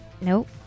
Nope